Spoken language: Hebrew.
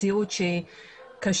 מציאות שהיא קשה,